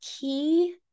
key